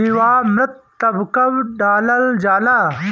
जीवामृत कब कब डालल जाला?